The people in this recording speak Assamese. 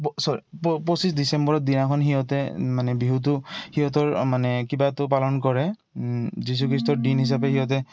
পঁচিছ ডিচেম্বৰৰ দিনাখন সিহঁতে মানে বিহুটো সিহঁতৰ মানে কিবাটো পালন কৰে যিশু খ্ৰীষ্টৰ দিন হিচাপে সিহঁতে